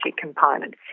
component